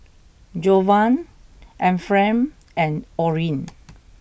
Jovan Ephraim and Orin